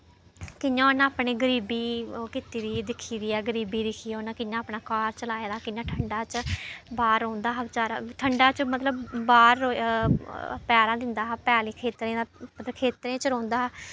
कि'यां उन्न अपनी गरीबी ओह् कीती दी दिक्खी दी ऐ गरीबी दी उ'नें कि'यां अपना घर चलाए दा कि'यां ठंडा च बाह्र रौंह्दा हा बचारा ठंडा च मतलब बाह्र पैह्रा दिंदा हा पैली खेत्तरें दा खेत्तरें च रौंह्दा हा